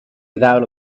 without